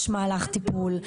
יש מהלך טיפול,